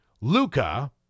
Luca